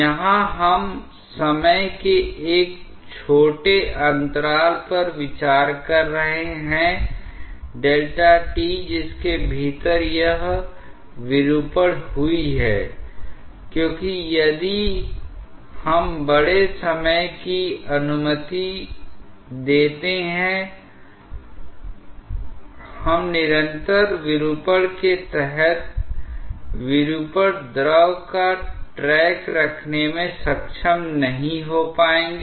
यहाँ हम समय के एक छोटे अंतराल पर विचार कर रहे हैं Δt जिसके भीतर यह विरूपण हुई है क्योंकि यदि हम बड़े समय की अनुमति देते हैं हम निरंतर विरूपण के तहत विरूपण द्रव का ट्रैक रखने में सक्षम नहीं हो पाएंगे